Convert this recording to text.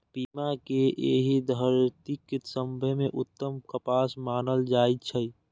पीमा कें एहि धरतीक सबसं उत्तम कपास मानल जाइ छै